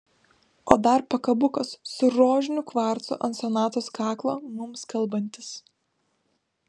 o dar pakabukas su rožiniu kvarcu ant sonatos kaklo mums kalbantis